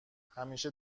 همیشه